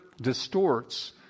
distorts